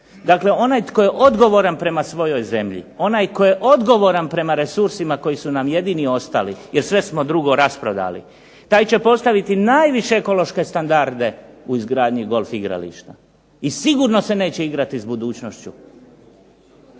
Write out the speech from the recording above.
Dakle, onaj tko je odgovoran prema svojoj zemlji, onaj tko je odgovoran prema resursima koji su nam ostali, jer sve smo drugo rasprodali taj će postaviti najviše ekološke standarde u izgradnji golf igrališta i sigurno se neće igrati s budućnošću.